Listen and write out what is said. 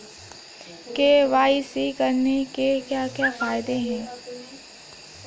KYC करने के क्या क्या फायदे हैं?